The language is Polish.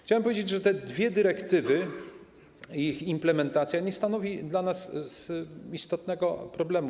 Chciałem powiedzieć, że te dwie dyrektywy i ich implementacja nie stanowią dla nas istotnego problemu.